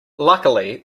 luckily